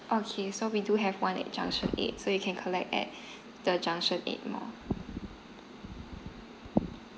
okay so we do have one at junction eight so you can collect at the junction eight mall